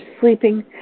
sleeping